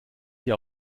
hier